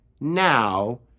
now